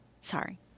Sorry